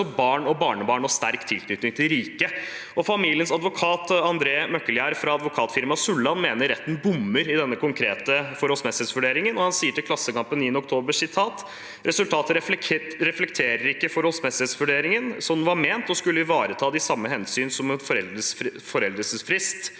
og sterk tilknytning til riket. Familiens advokat, André Møkkelgjerd fra Advokatfirmaet Sulland, mener retten bommer i denne konkrete forholdsmessighetsvurderingen, og han sier til Klassekampen 9. oktober: «Resultatet reflekterer ikke at forholdsmessighetsvurderingen var ment å skulle ivareta de samme hensyn som en foreldelsesfrist.»